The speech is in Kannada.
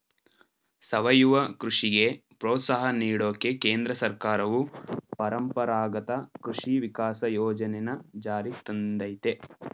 ಸಾವಯವ ಕೃಷಿಗೆ ಪ್ರೋತ್ಸಾಹ ನೀಡೋಕೆ ಕೇಂದ್ರ ಸರ್ಕಾರವು ಪರಂಪರಾಗತ ಕೃಷಿ ವಿಕಾಸ ಯೋಜನೆನ ಜಾರಿಗ್ ತಂದಯ್ತೆ